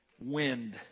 wind